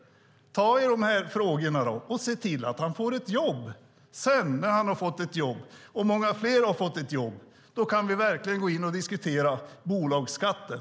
Ta tag i frågorna och se till att han får ett jobb. När han sedan har fått ett jobb, och många fler har fått jobb, kan vi gå in och diskutera bolagsskatten.